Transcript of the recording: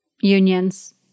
unions